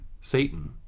Satan